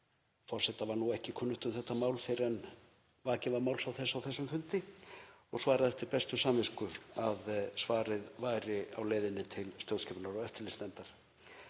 var ekki kunnugt um þetta mál fyrr en vakið var máls á því á þessum fundi og svaraði eftir bestu samvisku að svarið væri á leiðinni til stjórnskipunar- og eftirlitsnefndar.